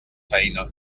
feina